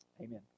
Amen